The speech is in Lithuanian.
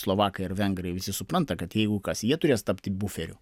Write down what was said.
slovakai ir vengrai visi supranta kad jeigu kas jie turės tapti buferiu